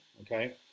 okay